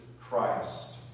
Christ